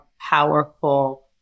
powerful